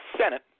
Senate